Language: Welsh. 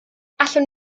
allwn